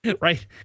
Right